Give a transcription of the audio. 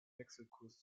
wechselkurs